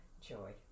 Joy